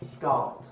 God